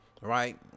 right